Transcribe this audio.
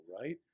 right